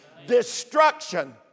destruction